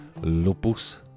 Lupus